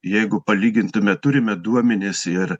jeigu palygintume turime duomenis ir